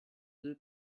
deux